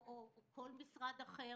או כל משרד אחר?